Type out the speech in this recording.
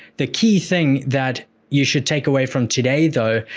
the key thing that you should take away from today though,